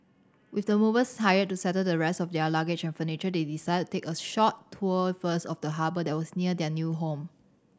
with the movers hired to settle the rest of their luggage and furniture they decided to take a short tour first of the harbour that was near their new home